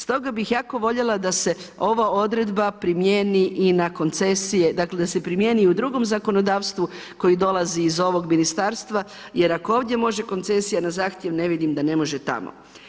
Stoga bih jako voljela da se ova odredba primijeni i na koncesije, dakle da se primijeni i u drugom zakonodavstvu koje dolazi iz ovog ministarstva jer ako ovdje može koncesija na zahtjev, ne vidim da ne može tamo.